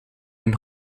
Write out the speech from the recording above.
mijn